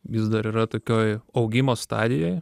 vis dar yra tokioj augimo stadijoj